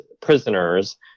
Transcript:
prisoners